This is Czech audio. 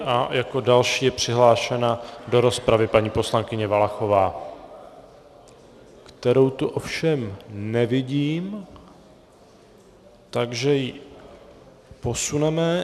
A jako další je přihlášena do rozpravy paní poslankyně Valachová, kterou tu ovšem nevidím, takže ji posuneme.